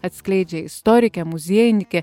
atskleidžia istorikė muziejininkė